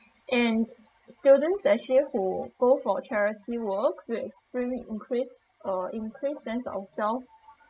and students actually who go for charity work will experience an increase uh increased sense of self